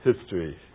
history